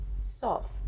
soft